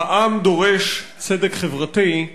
"העם דורש צדק חברתי"